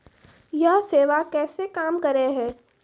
यह सेवा कैसे काम करै है?